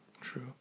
true